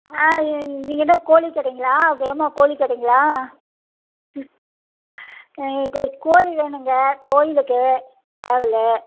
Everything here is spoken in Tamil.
ஆ நீங்கள் என்ன கோழிக்கடைங்களா ஹேமா கோழிக்கடைங்களா ம் எனக்கு ஒரு கோழி வேணும்க கோயிலுக்கு சேவல்